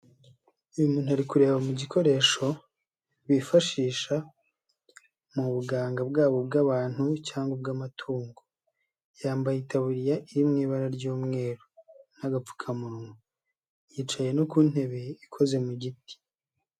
Uyu muntu ari kureba mu gikoresho bifashisha mu buganga bwabo bw'abantu cyangwa ubw'amatungo, yambaye itaburiya iri mu ibara ry'umweru n'agapfukamunwa, yicaye no ku ntebe ikoze mu giti.